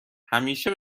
همیشه